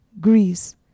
Greece